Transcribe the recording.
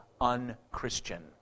un-Christian